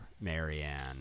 Marianne